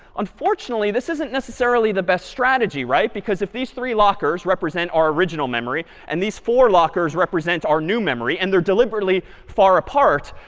unfortunately, this isn't necessarily the best strategy, right, because if these three lockers represent our original memory and these four lockers represents our new memory and they're deliberately far apart,